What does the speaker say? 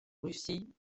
russie